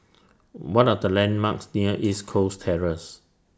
What Are The landmarks near East Coast Terrace